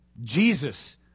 Jesus